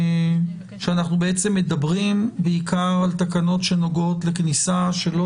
אנחנו בעצם מדברים בעיקר על תקנות שנוגעות לכניסה שלא